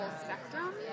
spectrum